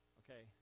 okay